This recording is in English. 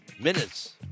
Minutes